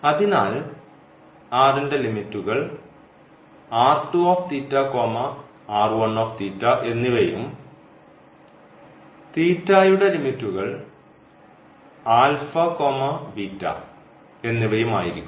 അതിനാൽ ന്റെ ലിമിറ്റുകൾ എന്നിവയും യുടെ ലിമിറ്റുകൾ എന്നിവയും ആയിരിക്കും